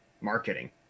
marketing